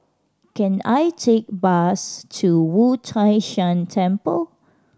can I take bus to Wu Tai Shan Temple